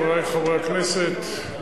חברי חברי הכנסת,